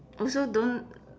also don't